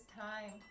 time